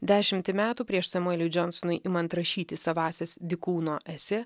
dešimtį metų prieš samueliui džonsonui imant rašyti savąsias dykūno esė